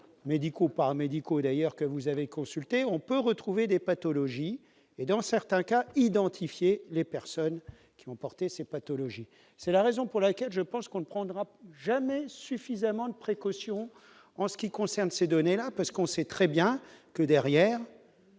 médicaux, paramédicaux et d'ailleurs, que vous avez consulté, on peut retrouver des pathologies et dans certains cas identifié les personnes qui ont porté ces pathologies, c'est la raison pour laquelle je pense qu'on ne prendra jamais suffisamment de précautions en ce qui concerne ces données-là parce qu'on sait très bien que derrière,